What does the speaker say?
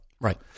Right